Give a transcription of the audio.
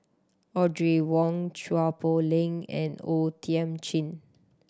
Audrey Wong Chua Poh Leng and O Thiam Chin